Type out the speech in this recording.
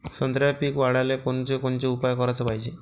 संत्र्याचं पीक वाढवाले कोनचे उपाव कराच पायजे?